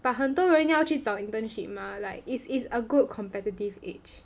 but 很多人要去找 internship mah like is is a good competitive edge